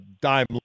dime